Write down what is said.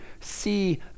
see